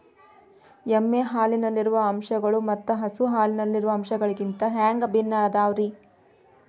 ಎಮ್ಮೆ ಹಾಲಿನಲ್ಲಿರೋ ಅಂಶಗಳು ಮತ್ತ ಹಸು ಹಾಲಿನಲ್ಲಿರೋ ಅಂಶಗಳಿಗಿಂತ ಹ್ಯಾಂಗ ಭಿನ್ನ ಅದಾವ್ರಿ?